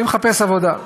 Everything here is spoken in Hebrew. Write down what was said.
אני מחפש עבודה,